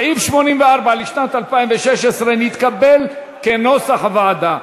סעיף 84 לשנת 2016 נתקבל, כנוסח הוועדה.